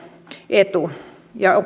etu ja